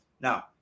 now